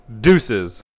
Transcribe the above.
Deuces